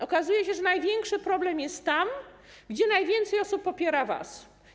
Okazuje się, że największy problem jest tam, gdzie najwięcej osób popiera was.